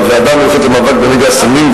בוועדה המיוחדת למאבק בנגע הסמים,